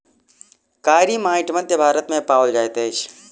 कारी माइट मध्य भारत मे पाओल जाइत अछि